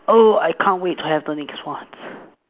oh I can't wait to have the next one